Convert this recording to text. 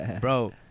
bro